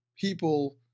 people